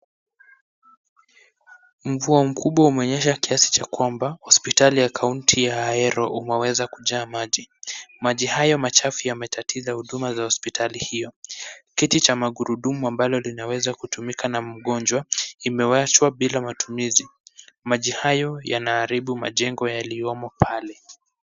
Mvua mkubwa umenyesha kiasi cha kwamba hospitali ya kaunti ya Ahero umeweza kujaa maji. Maji hayo machafu yametatiza huduma za hospitali hiyo. Kiti cha magurudumu ambalo linaweza kutumika na mgonjwa imewachwa bila matumizi. Maji hayo yanaharibu majengo yaliyomo pale.